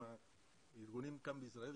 עם הארגונים כאן בישראל,